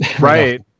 Right